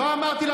לא אמרתי,